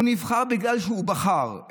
הוא נבחר בגלל שהוא בחר.